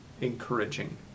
encouraging